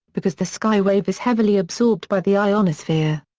because the skywave is heavily absorbed by the ionosphere.